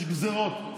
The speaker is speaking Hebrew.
יש גזרות.